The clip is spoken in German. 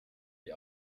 die